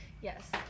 Yes